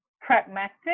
pragmatic